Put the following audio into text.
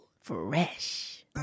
fresh